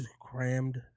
crammed